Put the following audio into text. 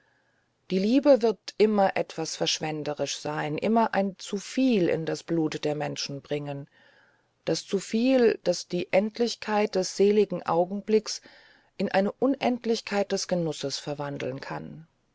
die liebe wird immer etwas verschwenderisch sein immer ein zuviel in das blut der menschen bringen das zuviel das die endlichkeit des seligen augenblickes in eine unendlichkeit des genusses verwandeln kann